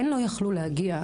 אין "לא יכלו להגיע".